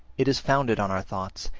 it is founded on our thoughts,